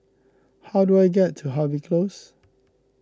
how do I get to Harvey Close